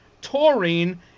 taurine